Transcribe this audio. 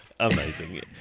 Amazing